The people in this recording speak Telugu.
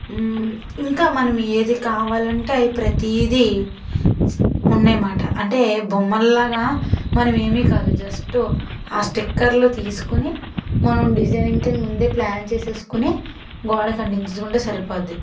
ఇంకా మనం ఏది కావాలంటే అయ్యి ప్రతిదీ ఉన్నాయి మాట అంటే బొమ్మల్లాగా మనం ఏమీ కాదు జస్ట్ ఆ స్టిక్కర్లు తీసుకుని మనం డిజైనింగ్కి ముందే ప్ల్యాన్ చేసేసుకుని గోడకి అంటించేసుకుంటే సరిపోద్ది